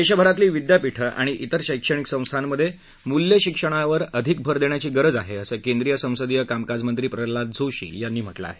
देशभरातली विद्यापीठं आणि तेर शैक्षणिक संस्थांमध्ये मूल्यशिक्षणावर अधिक भर देण्याची गरज आहे असं केंद्रीय संसदीय कामकाजमंत्री प्रल्हाद जोशी यांनी म्हटलं आहे